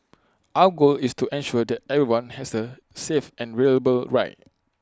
our goal is to ensure that everyone has A safe and ride